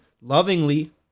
lovingly